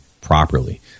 properly